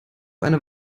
eine